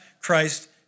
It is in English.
Christ